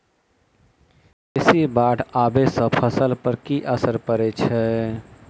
बेसी बाढ़ आबै सँ फसल पर की असर परै छै?